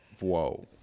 whoa